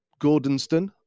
Gordonston